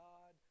God